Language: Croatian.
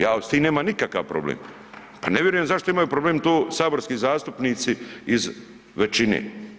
Ja s tim nemam nikakav problem, pa ne vjerujem zašto imaju problem tu saborski zastupnici iz većine.